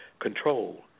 control